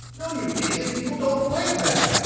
no, you idiot. people don't like that.